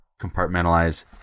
compartmentalize